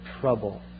trouble